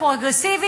בלי פועלים לא היו,